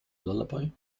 lullaby